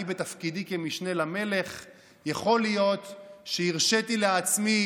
בתפקידי כמשנה למלך יכול להיות שהרשיתי לעצמי